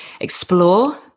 explore